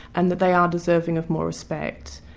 and that they are deserving of more respect.